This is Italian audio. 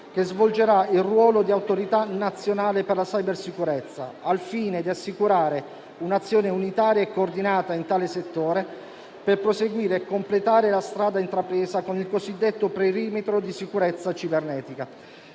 che svolgerà il ruolo di Autorità nazionale per la cybersicurezza, al fine di assicurare un'azione unitaria e coordinata in tale settore, per proseguire e completare la strada intrapresa con il cosiddetto perimetro di sicurezza cibernetica.